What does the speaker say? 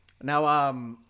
Now